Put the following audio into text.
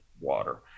water